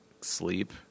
sleep